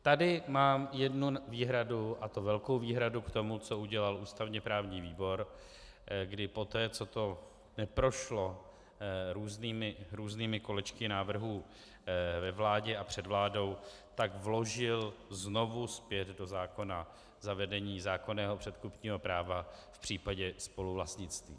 Tady mám jednu výhradu, a to velkou výhradu k tomu, co udělal ústavněprávní výbor, kdy poté, co to neprošlo různými kolečky návrhů ve vládě a před vládou, tak vložil znovu zpět do zákona zavedení zákonného předkupního práva v případě spoluvlastnictví.